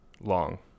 Long